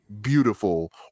beautiful